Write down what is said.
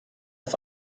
auf